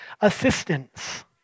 assistance